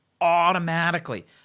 automatically